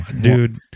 Dude